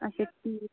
اَچھا ٹھیٖک